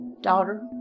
Daughter